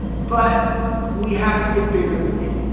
but we have to get bigger than me.